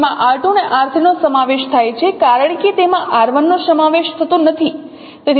તેથી તેમાં r 2 અને r 3 નો સમાવેશ થાય છે કારણ કે તેમાં r1 નો સમાવેશ થતો નથી